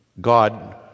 God